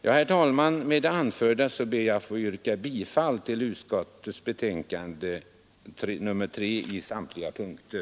Herr talman! Med det anförda ber jag att få yrka bifall till inrikesutskottets betänkande nr 3 på samtliga punkter.